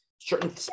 certain